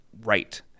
right